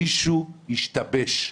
מישהו השתבש.